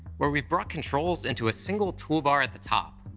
where we've brought controls into a single toolbar at the top,